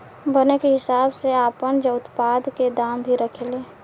बने के हिसाब से आपन उत्पाद के दाम भी रखे ले